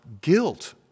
guilt